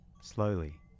slowly